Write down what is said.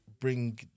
bring